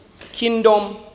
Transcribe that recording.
kingdom